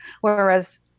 Whereas